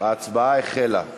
ההצבעה החלה.